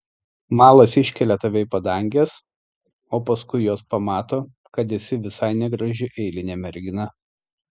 malas iškelia tave į padanges o paskui jos pamato kad esi visai negraži eilinė mergina